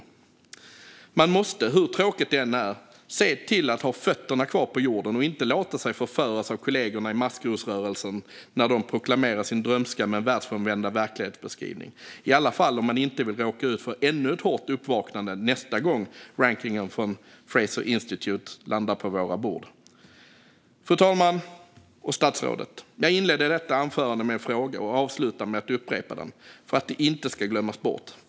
Men man måste se till att, hur tråkigt det än är, ha fötterna kvar på jorden och inte låta sig förföras av kollegorna i maskrosrörelsen när de proklamerar sin drömska men världsfrånvända verklighetsbeskrivning, i alla fall om man inte vill råka ut för ännu ett hårt uppvaknande nästa gång rankningen från Fraser Institute landar på våra bord. Fru talman och statsrådet! Jag inledde detta anförande med en fråga och avslutar med att upprepa den för att den inte ska glömmas bort.